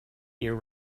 year